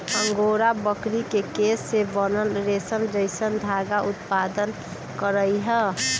angora बकरी के केश से बनल रेशम जैसन धागा उत्पादन करहइ